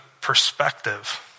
perspective